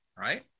right